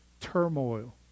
turmoil